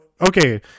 okay